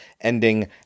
ending